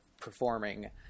performing